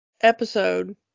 episode